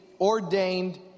ordained